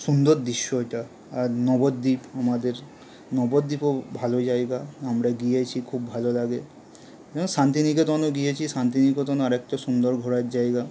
সুন্দর দৃশ্য এটা আর নবদ্বীপ আমাদের নবদ্বীপও ভালো জায়গা আমরা গিয়েছি খুব ভালো লাগে শান্তিনিকেতনও গিয়েছি শান্তিনিকেতন আরেকটা সুন্দর ঘোরার জায়গা